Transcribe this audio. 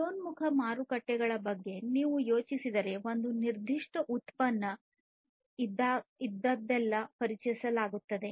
ಉದಯೋನ್ಮುಖ ಮಾರುಕಟ್ಟೆಗಳ ಬಗ್ಗೆ ನೀವು ಯೋಚಿಸಿದರೆ ಒಂದು ನಿರ್ದಿಷ್ಟ ಉತ್ಪನ್ನ ಇದ್ದಾಗಲೆಲ್ಲಾ ಪರಿಚಯಿಸಲಾಗಿದೆ